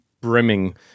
brimming